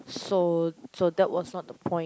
so so that was not the point